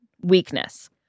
weakness